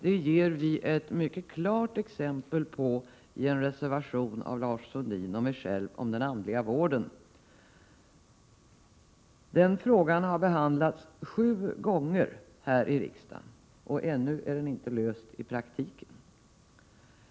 Det ger vi ett mycket klart exempel på i en reservation av Lars Sundin och mig själv om den andliga vården. Den frågan har behandlats sju gånger här i riksdagen, och ännu är den inte löst i praktiken.